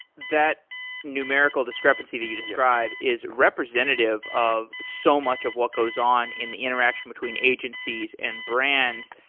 that numerical discrepancy that you describe is representative of so much of what goes on in the interaction between agencies and brands.